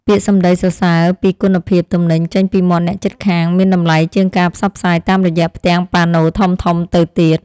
ពាក្យសម្ដីសរសើរពីគុណភាពទំនិញចេញពីមាត់អ្នកជិតខាងមានតម្លៃជាងការផ្សព្វផ្សាយតាមរយៈផ្ទាំងប៉ាណូធំៗទៅទៀត។